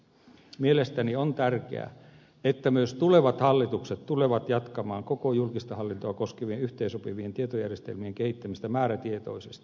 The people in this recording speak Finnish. mielestäni on tärkeää että myös tulevat hallitukset tulevat jatkamaan koko julkista hallintoa koskevien yhteensopivien tietojärjestelmien kehittämistä määrätietoisesti